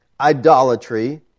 idolatry